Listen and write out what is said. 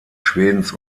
schwedens